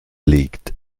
liegt